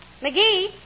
McGee